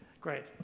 Great